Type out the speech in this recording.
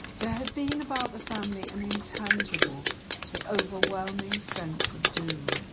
there had been about the family an intangible but overwhelming sense of doom.